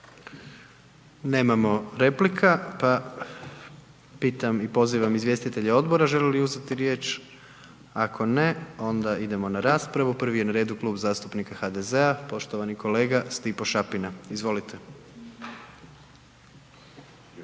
Nemamo replika pa pitam i poziva izvjestitelje odbora žele li uzeti riječ? Ako ne, onda idemo na raspravu, prvi je na redu Kluba zastupnika HDZ-a, poštovani kolega Stipo Šapina, izvolite.